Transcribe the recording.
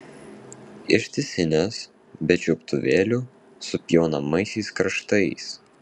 ištisinės be čiuptuvėlių su pjaunamaisiais kraštais